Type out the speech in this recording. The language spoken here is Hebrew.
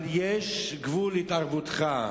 אבל יש גבול להתערבותך.